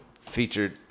featured